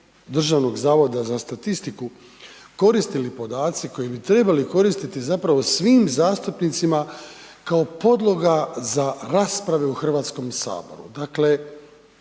Državnog zavoda za statistiku, koristili podaci koji bi trebali koristiti zapravo svim zastupnicima kao podloga za rasprave u Hrvatskom saboru. Dakle,